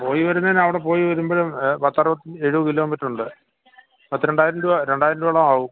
പോയി വരുന്നതിന് അവിടെ പോയി വരുമ്പോൾ പത്തറുപത്തഞ്ച് എഴുപത് കിലോമീറ്റർ ഉണ്ട് പത്ത് രണ്ടായിരം രൂപ രണ്ടായിരം രൂപയോളം ആവും